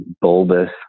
bulbous